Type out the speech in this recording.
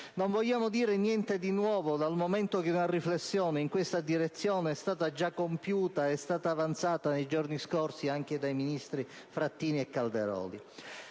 Non vogliamo dire niente di nuovo dal momento che una riflessione in questa direzione è stata compiuta nei giorni scorsi anche dai ministri Frattini e Calderoli.